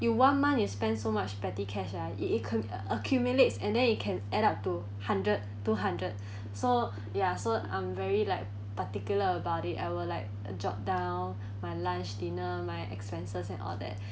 you one month you spend so much petty cash ah it it could accumulates and then it can add up to hundred two hundred so ya so I'm very like particular about it I'll like uh jot down my lunch dinner my expenses and all that